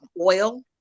oil